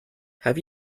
have